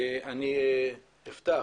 אני אפתח